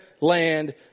land